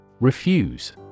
Refuse